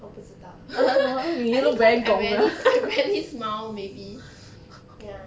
我不知道 I think cause I rarely I rarely smile maybe ya